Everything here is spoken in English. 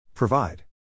Provide